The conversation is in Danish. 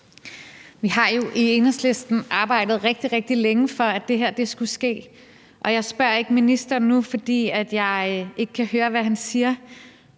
Vi har jo i Enhedslisten arbejdet rigtig, rigtig længe, for at det her skulle ske. Jeg spørger ikke ministeren nu, fordi jeg ikke kan høre, hvad han siger,